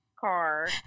car